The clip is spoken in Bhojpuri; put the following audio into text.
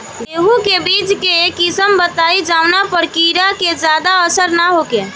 गेहूं के बीज के किस्म बताई जवना पर कीड़ा के ज्यादा असर न हो सके?